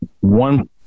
one